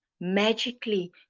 magically